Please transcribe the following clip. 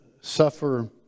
suffer